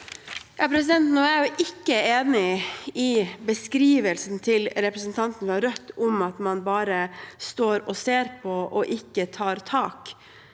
Myrseth Jeg er ikke enig i beskrivelsen til representanten fra Rødt om at man bare står og ser på og ikke tar tak.